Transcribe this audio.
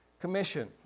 commission